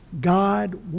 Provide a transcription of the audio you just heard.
God